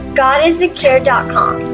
godisthecure.com